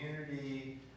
community